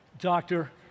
Doctor